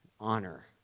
honor